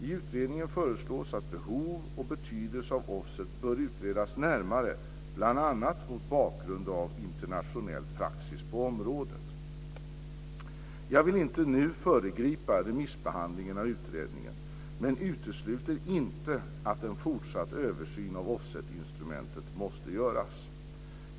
I utredningen föreslås att behov och betydelse av offset bör utredas närmare, bl.a. mot bakgrund av internationell praxis på området. Jag vill inte nu föregripa remissbehandlingen av utredningen, men utesluter inte att en fortsatt översyn av offsetinstrumentet måste göras.